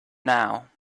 now